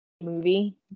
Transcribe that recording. movie